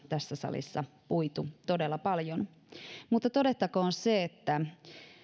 tässä salissa puitu todella paljon mutta todettakoon se että